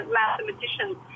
mathematicians